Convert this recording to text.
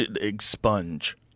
expunge